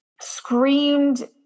screamed